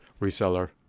reseller